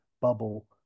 bubble